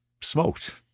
smoked